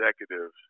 executives